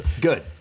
good